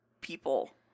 people